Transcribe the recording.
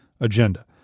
agenda